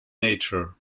nature